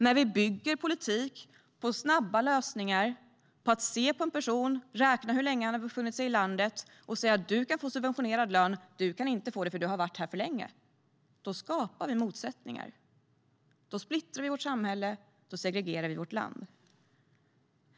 När vi bygger politik på snabba lösningar, på att se på en person, räkna efter hur länge han har befunnit sig i landet och säga att du kan få subventionerad lön, men du kan inte få det för du har varit här för länge - då skapar vi motsättningar. Då splittrar vi vårt samhälle. Då segregerar vi vårt land.